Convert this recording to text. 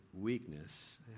weakness